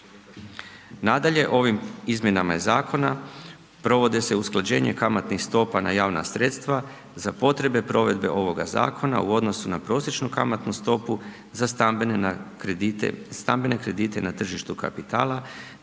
Nadalje, ovim Izmjenama zakona provodi se usklađenje kamatnih stopa na javna sredstva za potrebe provedbe ovog zakona u odnosu na prosječnu kamatnu stopu za stambene kredite na tržištu kapitala